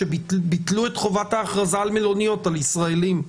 כאשר ביטלו את חובת המלוניות לישראלים?